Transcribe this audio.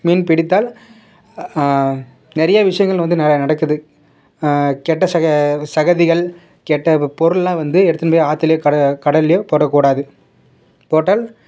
மீன் பிடித்தால் நிறைய விஷயங்கள் வந்து ந நடக்குது கெட்ட சக சகதிகள் கெட்ட பொருளெலாம் வந்து எடுத்துன்னு போய் ஆற்றுலையோ கட கடல்லேயோ போடக்கூடாது போட்டால்